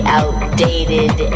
outdated